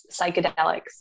psychedelics